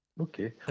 Okay